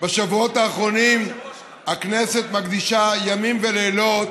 בשבועות האחרונים הכנסת מקדישה ימים ולילות